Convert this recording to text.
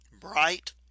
bright